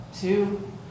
two